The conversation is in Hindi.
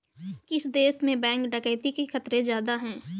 किस देश में बैंक डकैती के खतरे ज्यादा हैं?